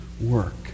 work